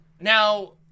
Now